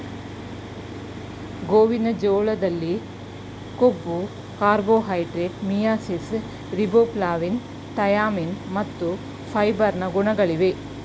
ಗೋವಿನ ಜೋಳದಲ್ಲಿ ಕೊಬ್ಬು, ಕಾರ್ಬೋಹೈಡ್ರೇಟ್ಸ್, ಮಿಯಾಸಿಸ್, ರಿಬೋಫ್ಲಾವಿನ್, ಥಯಾಮಿನ್ ಮತ್ತು ಫೈಬರ್ ನ ಗುಣಗಳಿವೆ